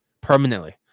permanently